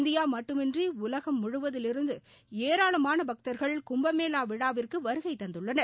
India மட்டுமின்றி உலகம் முழுவதிலிருந்து ஏராளமான பக்தர்கள் கும்பமேளா விழாவிற்கு வருகை தந்துள்ளனர்